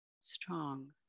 strong